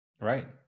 right